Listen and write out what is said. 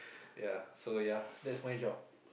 ya so ya that's my job